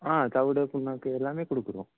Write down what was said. ஆ தவிடு புண்ணாக்கு எல்லாமேக் கொடுக்குறோம்